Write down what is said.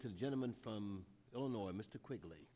the gentleman from illinois mr quickly